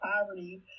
poverty